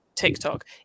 tiktok